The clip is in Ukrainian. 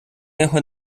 його